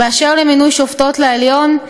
באשר למינוי שופטות לעליון: